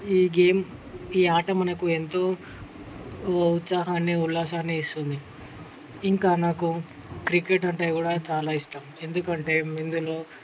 ఈ గేమ్ ఈ ఆట మనకు ఎంతో ఉత్సాహాన్ని ఉల్లాసాన్ని ఇస్తుంది ఇంకా నాకు క్రికెట్ అంటే కూడా చాలా ఇష్టం ఎందుకంటే ఇందులో